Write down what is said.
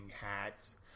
hats